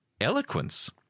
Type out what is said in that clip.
Eloquence